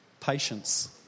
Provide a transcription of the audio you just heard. Patience